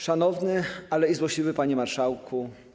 Szanowny, ale i Złośliwy Panie Marszałku!